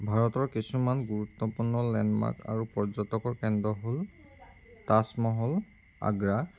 ভাৰতৰ কিছুমান গুৰুত্বপূৰ্ণ লেণ্ডমাৰ্ক আৰু পৰ্যটনৰ কেন্দ্ৰ হ'ল তাজমহল আগ্ৰা